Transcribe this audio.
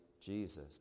Jesus